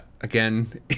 again